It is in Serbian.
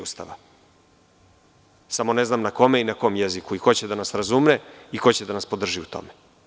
Ustava, samo ne znam kome i na kom jeziku, ko će da nas razume i ko će da nas podrži u tome.